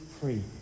free